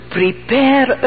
prepare